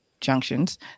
junctions